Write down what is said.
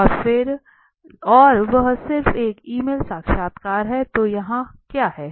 और वह सिर्फ एक ईमेल साक्षात्कार है तो यहाँ क्या है